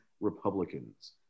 Republicans